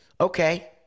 Okay